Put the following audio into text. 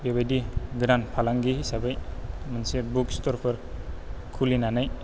बेबायदि गोदान फालांगि हिसाबै मोनसे बुक स्थ'रफोर खुलिनानै